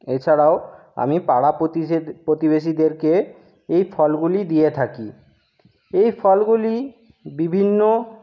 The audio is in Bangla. এছাড়াও আমি পাড়া প্রতিবেশীদেরকে এই ফলগুলি দিয়ে থাকি এই ফলগুলি বিভিন্ন